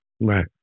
right